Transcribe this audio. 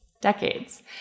decades